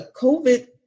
COVID